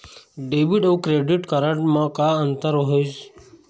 Debit अऊ credit card म का अंतर होइस?